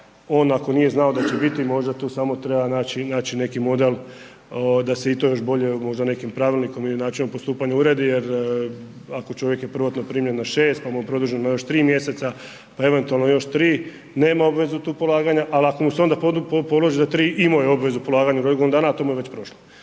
on ako nije znao da će biti, možda tu samo treba naći neki model da se i to još bolje možda nekim pravilnikom ili način postupanja uredi jer ako čovjek je prvotno primljen na 6 pa mu je produženo na još 3 mj. pa eventualno još 3, nema obvezu tu polaganja, ali ako mu se onda položi za 3, imao je obvezu polaganju u roku godinu dana a to mu je već prošlo.